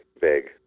big